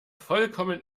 vollkommen